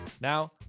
Now